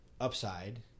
upside